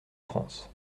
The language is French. france